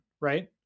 right